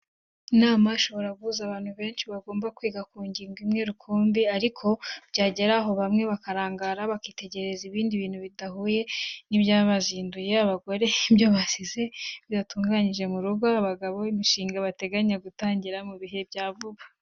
Inama ishobora guhuza abantu benshi, bagomba kwiga ku ngingo imwe rukumbi, ariko byagera aho bamwe bakarangara bakitekerereza ibindi bintu bidahuye n'ibyabazinduye, abagore ibyo basize bidatunganyije mu rugo; abagabo imishinga bateganya gutangira mu bihe bya vuba.